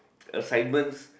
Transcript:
assignments